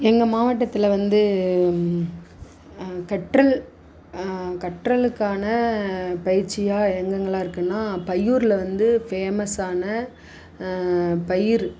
எங்கள் மாவட்டத்தில் வந்து கற்றல் கற்றலுக்கான பயிற்சியாக எங்கேங்கலாம் இருக்குன்னா பையூரில் வந்து ஃபேமஸ்ஸான பயிர்